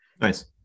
Nice